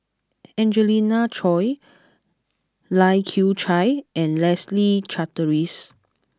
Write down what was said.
Angelina Choy Lai Kew Chai and Leslie Charteris